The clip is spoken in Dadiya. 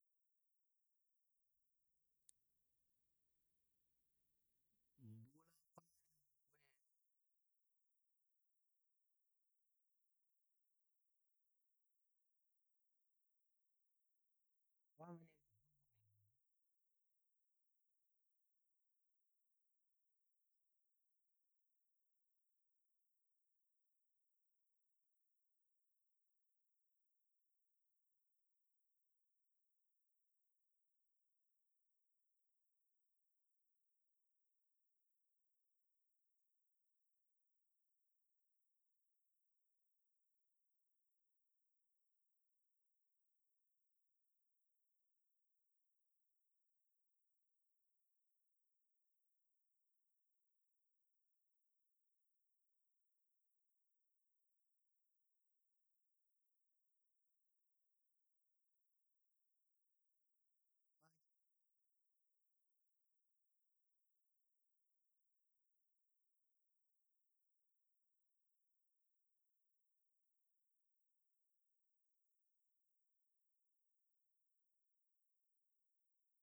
N bʊla kwamani mə bwe bweyili yau kwama ni mə bwe bwayili yau n bʊla junia dami amɔgo nəl a ləm mimə swilai yau matəm gaan matəm gan niyau lotəm shwam. jəbu gan dəbkaka təm a yangwola nu a be mi kənko a mʊgɔ nəli a kwama ma lɔ bwe shini mə nyuwa ləma gəni yau mi ka juni a dami a mʊgɔ nəlwoi matəm gaan lotəm swamo jəbɔ dəbkatəm a nyangwalan ju a ci taali yau maaji, maaji ni bə maale yau maaji kulmaaji kulo kanjəl maajigɔ nyung